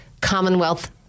Commonwealth